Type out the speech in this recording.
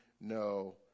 no